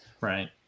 Right